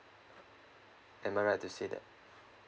am I right to say that